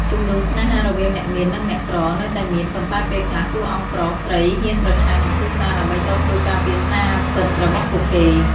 ជម្លោះស្នេហារវាងអ្នកមាននិងអ្នកក្រនៅតែមាន ប៉ុន្តែពេលខ្លះ តួអង្គប្រុសស្រីហ៊ានប្រឆាំងនឹងគ្រួសារដើម្បីតស៊ូការពារស្នេហាពិតរបស់ពួកគេ។